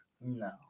No